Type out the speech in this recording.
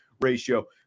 ratio